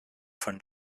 von